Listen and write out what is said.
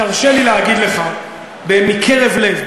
תרשה לי להגיד לך מקרב לב,